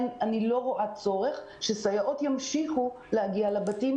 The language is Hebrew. אני לא רואה צורך בכך שסייעות יגיעו לבתים.